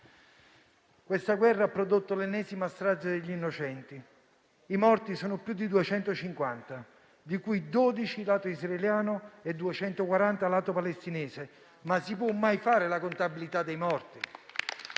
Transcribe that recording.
Questa guerra ha prodotto l'ennesima strage degli innocenti: i morti sono più di 250, di cui 12 dal lato israeliano e 240 dal lato palestinese, ma si può mai fare la contabilità dei morti?